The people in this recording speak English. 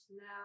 now